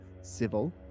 Civil